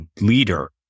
leader